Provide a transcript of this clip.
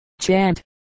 chant